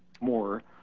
more